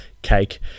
Cake